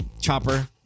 chopper